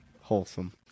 wholesome